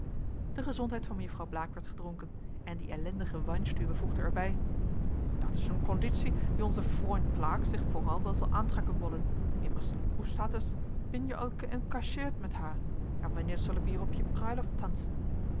de gezondheid van mejuffrouw blaek werd gedronken en die ellendige weinstübe voegde er bij dat is een gonditie die onze frund plaek zich vooral wel zal aantrekken wollen immers hoe staat es pin je al keënkacheerd met haar en wanneer sollen wir op je prijloft